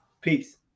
Peace